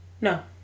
No